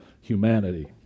humanity